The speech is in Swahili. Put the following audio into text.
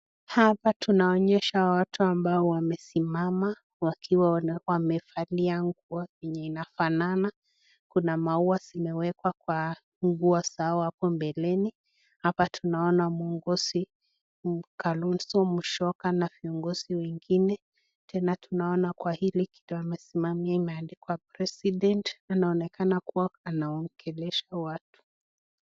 Hapa tunaonyeshwa watu ambao wamesimama wakiwa wamevalia nguo zenye inafanana. Kuna maua zimewekwa kwa nguo zao hapo mbeleni. Hapa tunaona muongozi Kalonzo Musyoka na viongozi wengine. Tena tunaona kwa hili kitu amesimamia imeandikwa [president] inaonekana kuwa anaongelesha watu.